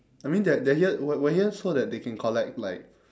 I mean they're they're here we we're here so they can collect like